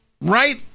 right